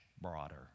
broader